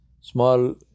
small